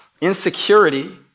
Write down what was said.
Insecurity